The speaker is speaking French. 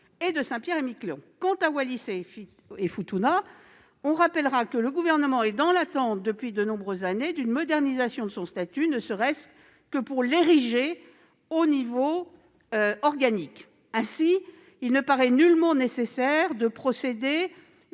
que de Saint-Pierre-et-Miquelon. Quant à Wallis-et-Futuna, le Gouvernement est dans l'attente depuis de nombreuses années d'une modernisation de son statut, ne serait-ce que pour l'ériger au niveau organique. Ainsi, il ne paraît nullement nécessaire de procéder